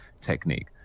technique